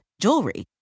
jewelry